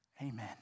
Amen